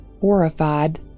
Horrified